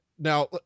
Now